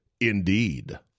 Indeed